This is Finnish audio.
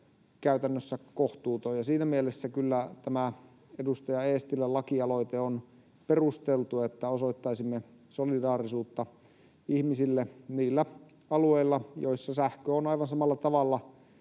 käytännössä kohtuuton. Ja siinä mielessä kyllä tämä edustaja Eestilän lakialoite on perusteltu, että osoittaisimme solidaarisuutta ihmisille niillä alueilla, joilla sähkö on aivan samalla tavalla